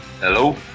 Hello